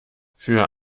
für